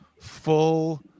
full